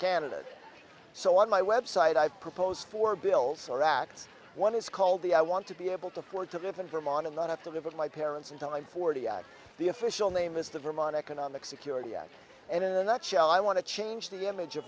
canada so on my website i propose four bills or act one is called the i want to be able to afford to live in vermont and not have to live with my parents until i'm forty at the official name is the vermont economic security and in a nutshell i want to change the image of